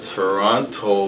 Toronto